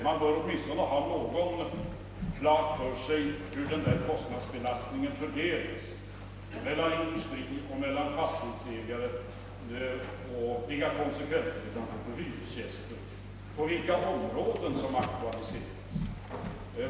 Man bör åtminstone ha någorlunda klart för sig hur kostnaderna fördelas mellan industri och fastighetsägare, vilka konsekvenser ändrade skattesatser kan få för hyresgästerna och vilka områden som aktualiseras.